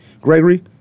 Gregory